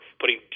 putting